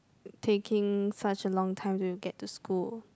taking such a long time to get to school